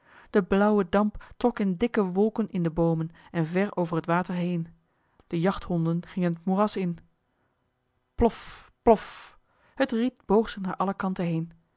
de blauwe damp trok in dikke wolken in de boomen en ver over het water heen de jachthonden gingen het moeras in plof plof het riet boog zich naar alle kanten heen